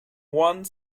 one